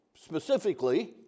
specifically